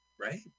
right